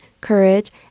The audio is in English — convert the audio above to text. courage